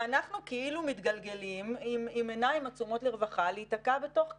ואנחנו כאילו מתגלגלים עם עיניים עצומות לרווחה להיתקע בתוך קיר.